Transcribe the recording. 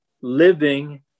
living